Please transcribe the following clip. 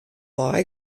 wei